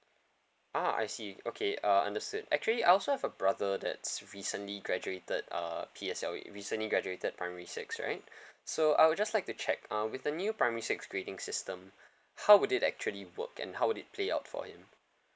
ah I see okay uh understood actually I also have a brother that's recently graduated uh P_S_L_E recently graduated primary six right so I'd just like to check uh with the new primary six grading system how would it actually work and how would it play out for him